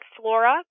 flora